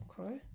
Okay